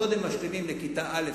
קודם משלימים לכיתה א',